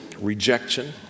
rejection